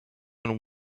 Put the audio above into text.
and